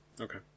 Okay